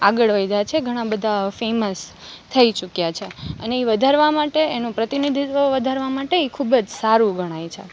આગળ વધ્યાં છે ઘણાં બધાં ફેમસ થઈ ચૂક્યાં છે અને એ ઈ વધારવા માટે એનું પ્રતિનિધિત્વ વધારવા માટે ઈ ખૂબ જ સારું ગણાય છે